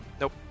Nope